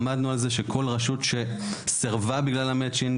עמדנו על זה שכל רשות שסירבה בגלל המצ'ינג,